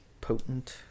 potent